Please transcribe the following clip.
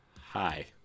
Hi